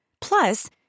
Plus